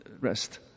rest